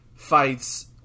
fights